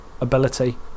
ability